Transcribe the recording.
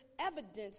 evidence